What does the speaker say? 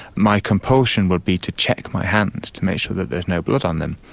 my compulsion would be to check my hands to make sure that there is no blood on them,